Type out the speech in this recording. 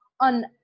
on